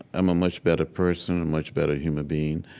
i'm much better person and much better human being.